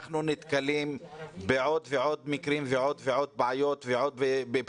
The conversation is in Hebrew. אנחנו נתקלים בעוד ועוד מקרים ועוד ועוד בעיות ופניות.